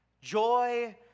Joy